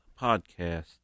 podcast